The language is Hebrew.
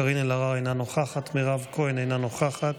קארין אלהרר, אינה נוכחת, מירב כהן, אינה נוכחת,